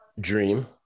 Dream